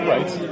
Right